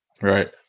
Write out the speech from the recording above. Right